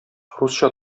русча